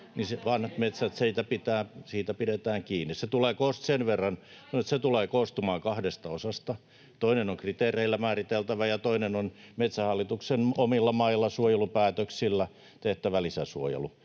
metsistä siinä pidetään kiinni. Se tulee koostumaan kahdesta osasta: toinen on kriteereillä määriteltävä, ja toinen on Metsähallituksen omilla mailla suojelupäätöksillä tehtävä lisäsuojelu.